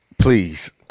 Please